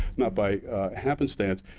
not by happenstance,